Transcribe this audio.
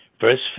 Verse